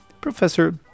Professor